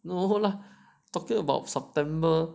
no lah talking about september